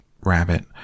Rabbit